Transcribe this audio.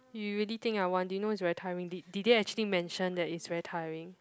you really think I want do you know it's very tiring did did they actually mention that it's very tiring